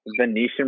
Venetian